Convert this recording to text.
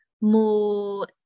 more